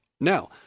Now